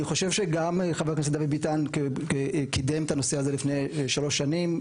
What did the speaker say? אני חושב שגם חבר הכנסת דוד ביטן קידם את הנושא הזה לפני שלוש שנים,